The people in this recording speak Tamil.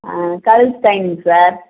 ஆ கழுத்து செயினுங்க சார்